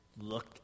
look